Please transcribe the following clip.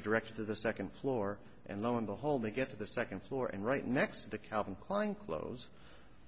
directed to the second floor and lo and behold they get to the second floor and right next to the calvin klein clothes